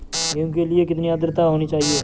गेहूँ के लिए कितनी आद्रता होनी चाहिए?